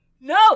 No